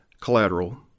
Collateral